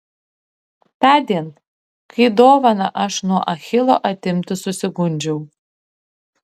tądien kai dovaną aš nuo achilo atimti susigundžiau